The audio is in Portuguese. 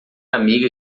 amiga